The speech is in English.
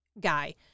guy